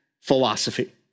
philosophy